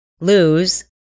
lose